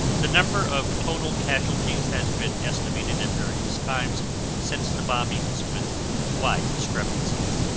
the number of total casualties has been estimated at various times since the bombings with wide discrepancies.